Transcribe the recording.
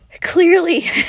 clearly